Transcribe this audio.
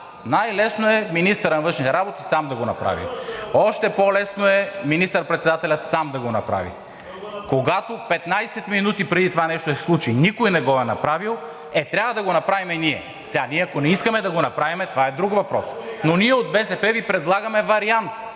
най-лесно е министърът на външните работи сам да го направи. Още по-лесно е министър-председателят сам да го направи. Когато 15 минути преди това нещо да се случи никой не го е направил, е, трябва да го направим ние. Сега, ние ако не искаме да го направим, това е друг въпрос. Но ние от БСП Ви предлагаме вариант